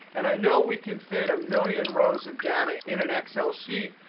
and i know we can fit a million rows of data in an excel sheet,